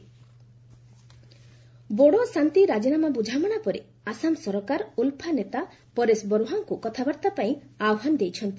ULFA talks Bodo ଶାନ୍ତି ରାଜିନାମା ବ୍ରଝାମଣା ପରେ ଆସାମ ସରକାର ଉଲ୍ଫା ନେତା ପରେଶ ବରୁହାଙ୍କୁ କଥାବାର୍ତ୍ତା ପାଇଁ ଆହ୍ୱାନ ଦେଇଛନ୍ତି